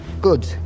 Good